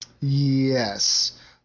Yes